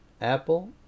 Apple